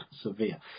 severe